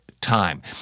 time